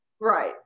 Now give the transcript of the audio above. right